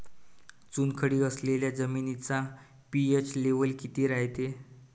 चुनखडी असलेल्या जमिनीचा पी.एच लेव्हल किती रायते?